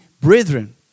brethren